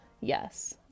Yes